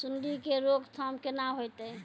सुंडी के रोकथाम केना होतै?